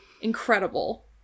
Incredible